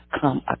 come